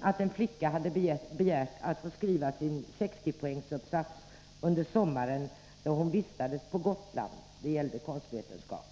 att en flicka hade begärt att få skriva sin 60-poängsuppsats under sommaren då hon vistades på Gotland — det gällde konstvetenskap.